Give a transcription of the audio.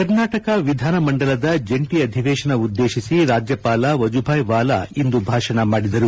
ಕರ್ನಾಟಕದ ವಿಧಾನಮಂಡಲದ ಜಂಟಿ ಅಧಿವೇಶನ ಉದ್ದೇಶಿಸಿ ರಾಜ್ಲಪಾಲ ವಜುಭಾಯ್ ವಾಲಾ ಭಾಷಣ ಮಾಡಿದರು